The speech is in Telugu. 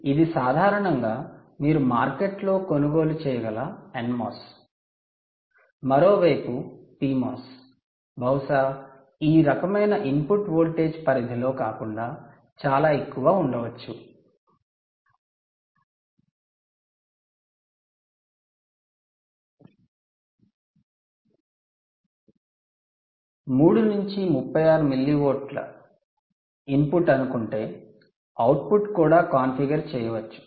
3 నుండి 36 వోల్ట్లని ఇన్పుట్ అనుకుంటే అవుట్పుట్ కూడా కాన్ఫిగర్ చేయవచ్చు